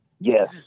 Yes